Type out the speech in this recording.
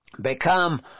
Become